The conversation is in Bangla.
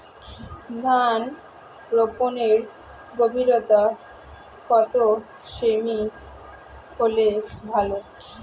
ধান রোপনের গভীরতা কত সেমি হলে ভালো?